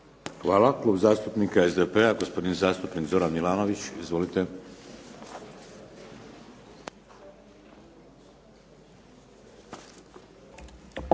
Hvala. Klub zastupnika SDP-a, gospodin zastupnik Zoran Milanović. Izvolite.